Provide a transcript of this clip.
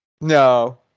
No